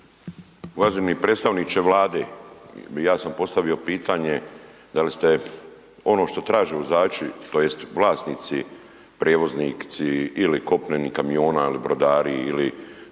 Uvaženi predstavniče Vlade, ja sam postavio pitanje da li ste ono što traže vozači tj. vlasnici prijevoznici ili kopneni, kamiona ili brodari ili